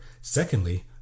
Secondly